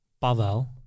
Pavel